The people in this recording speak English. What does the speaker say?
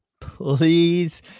Please